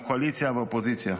מהקואליציה ומהאופוזיציה.